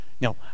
Now